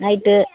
night